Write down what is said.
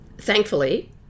Thankfully